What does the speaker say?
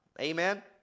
Amen